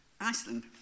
Iceland